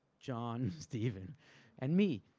john, stephen and me.